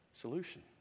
solution